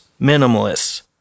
minimalists